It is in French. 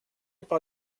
par